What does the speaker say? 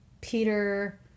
Peter